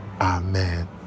Amen